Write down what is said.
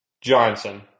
Johnson